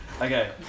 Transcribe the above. okay